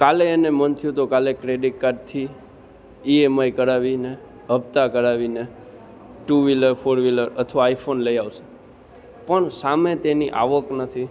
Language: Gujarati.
કાલે એને મન થયું તો કાલે ક્રેડિટ કાર્ડથી ઈએમઆઈ કરાવીને હપ્તા કરાવીને ટૂ વિલર ફોર વિલર અથવા આઈફોન લઈ આવશે પણ સામે તેની આવક નથી